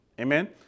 Amen